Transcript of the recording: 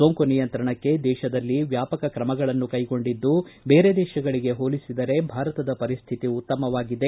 ಸೋಂಕು ನಿಯಂತ್ರಣಕ್ಕೆ ದೇಶದಲ್ಲಿ ವ್ಯಾಪಕ ಕ್ರಮಗಳನ್ನು ಕೈಗೊಂಡಿದ್ದು ಬೇರೆ ದೇಶಗಳಿಗೆ ಹೋಲಿಸಿದರೆ ಭಾರತದ ಪರಿಸ್ವಿತಿ ಉತ್ತಮವಾಗಿದೆ